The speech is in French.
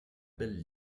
belle